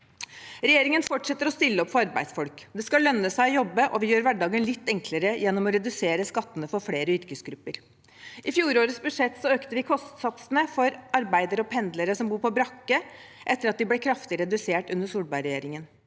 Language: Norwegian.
Regjeringen fortsetter å stille opp for arbeidsfolk. Det skal lønne seg å jobbe, og vi gjør hverdagen litt enklere gjennom å redusere skattene for flere yrkesgrupper. I fjorårets budsjett økte vi kostsatsene for arbeidere og pendlere som bor på brakke, etter at de ble kraftig redusert under Solberg-regjeringen.